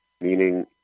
meaning